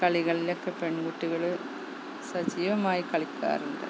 കളികളിലൊക്കെ പെൺ കുട്ടികൾ സജീവമായി കളിക്കാറുണ്ട്